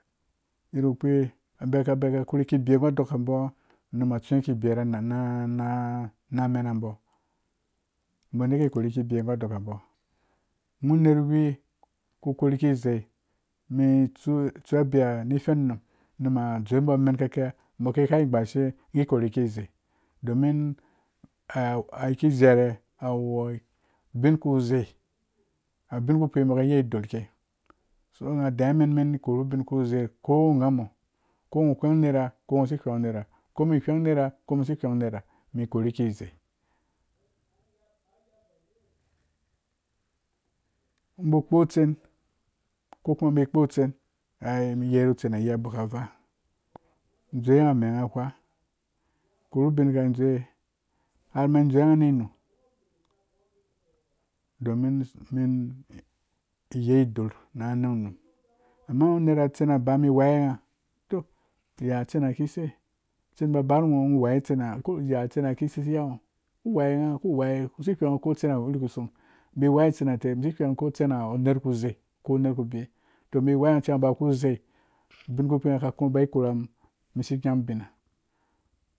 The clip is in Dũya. Yadde kpukpi bika korhuki bewe gu dokabo unuma tsuwe ki bewabo na na na menebo bo neke kori ki bewe gũ dokabo ngho nerwi ku korliki zei men tsu biya nu fen num numa dzowe bo amen kika boka gha gbashe ri korhi kizei domin ki zei ha ra awu ubinku zei awu bin kpi boka yei idor kei so ngha deiya men men korhu bin ku zei ko nghamɔɔ ko ngho gweng nera ko ngho si gweengho nera. ko mum gweengh nera ko mun si gweengh nera men korhi ki zei uba kpo tsen ko kuma mumba kpo tsan yeru utsan ha yei aboka vaadzowe ngha mee ngha gwa korhu binya dzowe karma dzowe ngha nangnum amma nera utsen aba mi waiye nghatoya tsena ki sei ya tsena ki seisi ya ngho ku waiwe ku weiwe si weengngho ko tsei awe irhu kuson bai waiwe tsarha ce si ghweend ko tsena awu narku zei ko nerku bewe to bai waiwe nghace ba ku zei ubin kpi ngha ka kũ ba karham misi nyam bena